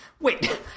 wait